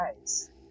guys